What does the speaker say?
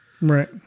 Right